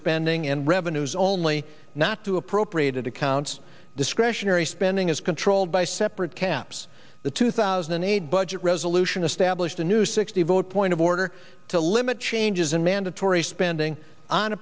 spending and revenues only not to appropriated accounts discretionary spending is controlled by separate caps the two thousand and eight budget resolution established a new sixty vote point of order to limit changes in mandatory spending on